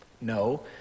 No